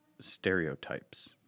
stereotypes